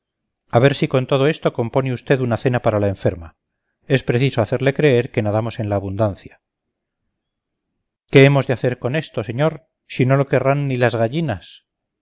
a ver si con todo esto compone usted una cena para la enferma es preciso hacerle creer que nadamos en la abundancia qué hemos de hacer con esto señor si no lo querrán ni las gallinas